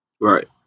Right